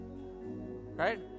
right